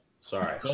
Sorry